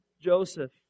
Joseph